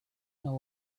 know